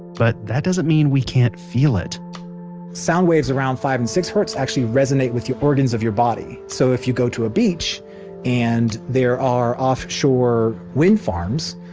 but that doesn't mean we can't feel it sound waves around five and six hertz actually resonate with your organs of your body. so if you go to a beach and there are offshore wind farms,